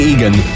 Egan